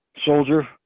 soldier